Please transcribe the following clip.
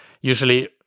usually